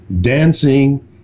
dancing